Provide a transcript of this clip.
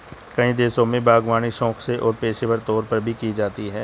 कई देशों में बागवानी शौक से और पेशेवर तौर पर भी की जाती है